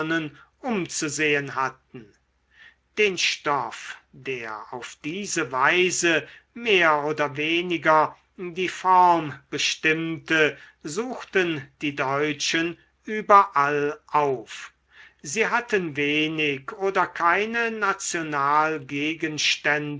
umzusehen hatten den stoff der auf diese weise mehr oder weniger die form bestimmte suchten die deutschen überall auf sie hatten wenig oder keine